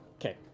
Okay